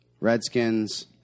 Redskins